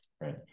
right